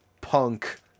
punk